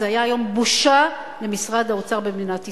היום זו היתה בושה למשרד האוצר במדינת ישראל.